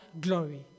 glory